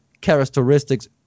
characteristics